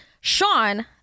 Sean